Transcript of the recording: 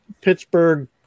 Pittsburgh